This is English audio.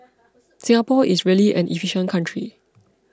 Singapore is really an efficient country